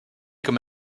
comme